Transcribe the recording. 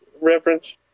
reference